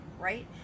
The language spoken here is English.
right